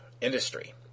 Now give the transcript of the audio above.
industry